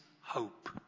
hope